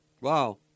Wow